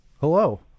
hello